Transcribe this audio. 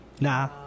nah